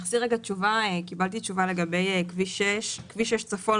קיבלתי תשובה לגבי כביש 6. כביש 6 צפון,